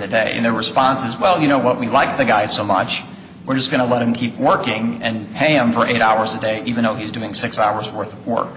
the day and their response is well you know what we like the guy so much we're just going to let him keep working and ham for eight hours a day even though he's doing six hours worth of work